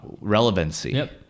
relevancy